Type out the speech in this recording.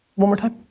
one more time.